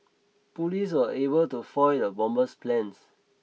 police were able to foil the bomber's plans